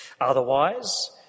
Otherwise